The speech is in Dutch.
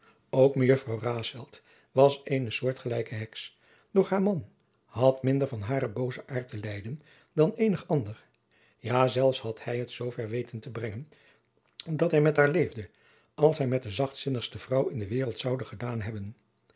ook mejuffrouw raesfelt was eene soortgelijke heks doch haar man had minder van haren boozen aart te lijden dan eenig ander ja zelfs had hij het zoover weten te brengen dat hij met haar leefde als hij met de zachtzinnigste vrouw in de waereld zoude gedaan hebben